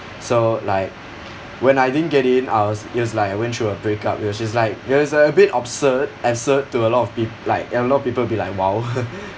so like when I didn't get in I was it was like I went through a breakup which is like it was a bit obsurd absurd to a lot of peop~ like a lot of people will be like !wow!